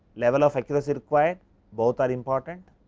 level of accuracy required both are important.